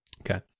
Okay